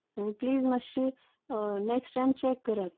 आनी प्लीज मातशें next time check करात